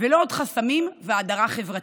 לא עוד חסמים והדרה חברתית.